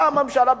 באה הממשלה,